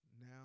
now